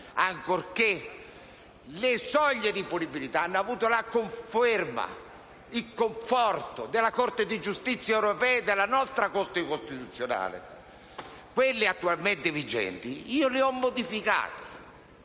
ancorché le soglie di punibilità abbiano avuto la conferma e il conforto della Corte di giustizia europea e della nostra Corte costituzionale. Quelle attualmente vigenti le ho modificate